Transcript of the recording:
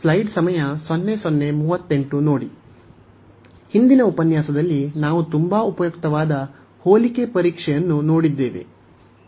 ಹಿಂದಿನ ಉಪನ್ಯಾಸದಲ್ಲಿ ನಾವು ತುಂಬಾ ಉಪಯುಕ್ತವಾದ ಹೋಲಿಕೆ ಪರೀಕ್ಷೆಯನ್ನು ನೋಡಿದೆವು